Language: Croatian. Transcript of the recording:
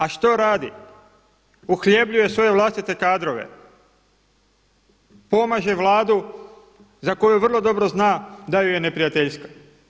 A što radi? uhljebljuje svoje vlastite kadrove, pomaže vladu za koju vrlo dobro zna da joj je neprijateljska.